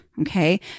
Okay